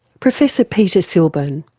professor peter silburn.